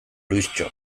luistxo